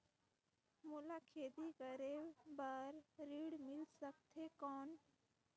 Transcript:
मोला खेती करे बार ऋण मिल सकथे कौन?